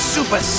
Super